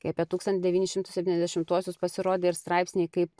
kai apie tūkstan devynis šimtus septyniasdešimtuosius pasirodė ir straipsniai kaip